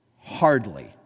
Hardly